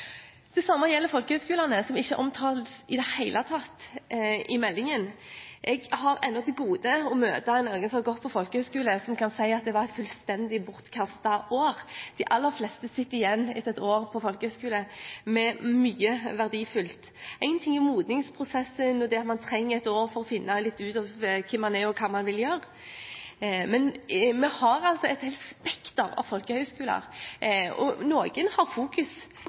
Det samme gjelder folkehøyskolene, som ikke omtales i det hele tatt i meldingen. Jeg har ennå til gode å møte noen som har gått på folkehøyskole, som sier at det var et fullstendig bortkastet år – de aller fleste sitter igjen, etter et år på folkehøyskole, med mye verdifullt. Én ting er modningsprosessen, det at man trenger et år for å finne ut hvem man er, og hva man vil gjøre, men det at vi har et helt spekter av folkehøyskoler – noen